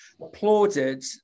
applauded